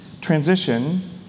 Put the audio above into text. transition